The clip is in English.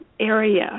area